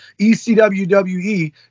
ECWWE